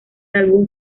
álbum